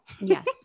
Yes